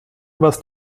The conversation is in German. was